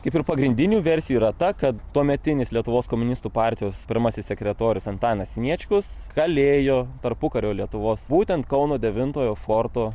kaip ir pagrindinių versijų yra ta kad tuometinis lietuvos komunistų partijos pirmasis sekretorius antanas sniečkus kalėjo tarpukario lietuvos būtent kauno devintojo forto